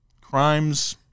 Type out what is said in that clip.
crimes